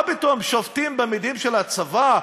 מה פתאום שופטים במדים של הצבא,